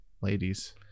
ladies